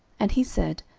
and he said,